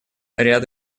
ряд